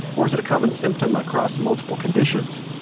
or is it a common symptom across multiple conditions?